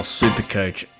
supercoach